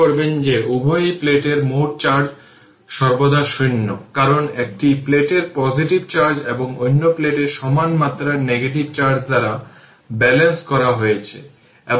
এখন t 0 এ উভয় দিকের জন্য ইন্টিগ্রেট করুন এবং এখানে কারেন্ট ছিল I0 এবং t টাইম t কারেন্ট ছিল di i 2 3 ইন্টিগ্রেশন 0 থেকে t dt বা i t সহজভাবে ইন্টিগ্রেশন প্রয়োগ করলে i t I0 e পাওয়া যাবে